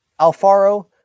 Alfaro